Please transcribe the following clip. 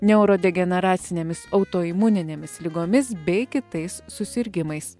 neurodegeneracinėmis autoimuninėmis ligomis bei kitais susirgimais